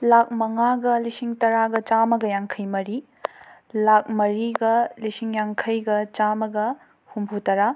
ꯂꯥꯛ ꯃꯉꯥꯒ ꯂꯤꯁꯤꯡ ꯇꯔꯥꯒ ꯆꯥꯝꯃꯒ ꯌꯥꯡꯈꯩ ꯃꯔꯤ ꯂꯥꯛ ꯃꯔꯤꯒ ꯂꯤꯁꯤꯡ ꯌꯥꯡꯈꯩꯒ ꯆꯥꯝꯃꯒ ꯍꯨꯝꯐꯨꯇꯔꯥ